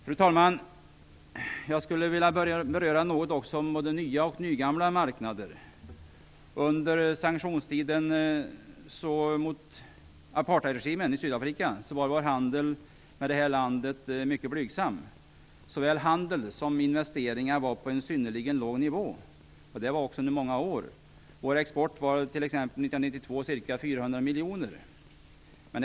Fru talman! Jag skulle också vilja beröra något om nya eller nygamla marknader. Under den tid då vi hade sanktioner mot apartheidregimen i Sydafrika var vår handel med detta land mycket blygsam. Såväl handel som investeringar var på en synnerligen låg nivå under många år. Vår export var t.ex. ca 400 miljoner 1992.